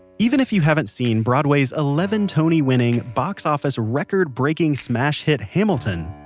even if you haven't seen broadway's ah eleven-tony-winning, box-office-record-breaking smash hit, hamilton,